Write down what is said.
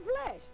flesh